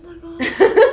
oh my god